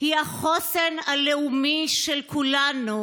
היא החוסן הלאומי של כולנו,